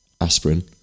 aspirin